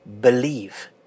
believe